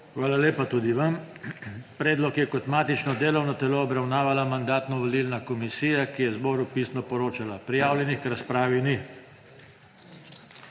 Hvala lepa tudi vam. Predlog je kot matično delovno telo obravnavala Mandatno-volilna komisija, ki je zboru pisno poročala. Prijavljenih k razpravi ni.